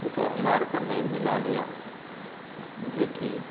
ईसब हमरा आरके नहि मिलल यऽ जेकि